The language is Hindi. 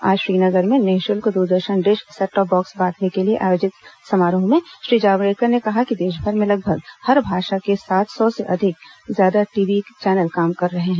आज श्रीनगर में निःशल्क द्रदर्शन डिश सेटटॉप बॉक्स बांटने के लिए आयोजित समारोह में श्री जावड़ेकर ने कहा कि देशभर में लगभग हर भाषा के सात सौ से ज्यादा टीवी चैनल काम कर रहे हैं